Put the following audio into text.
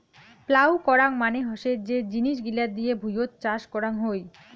plough করাং মানে হসে যে জিনিস গিলা দিয়ে ভুঁইয়ত চাষ করং হই